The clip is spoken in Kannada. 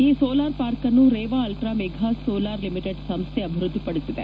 ಈ ಸೋಲಾರ್ ಪಾರ್ಕನ್ನು ರೇವಾ ಆಲ್ಲಾ ಮಘಾ ಸೋಲಾರ್ ಲಿಮಿಟೆಡ್ ಸಂಸ್ಥೆ ಅಭಿವೃದ್ಧಿ ಪಡಿಸಿದೆ